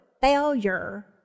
failure